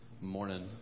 Morning